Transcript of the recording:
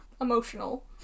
Emotional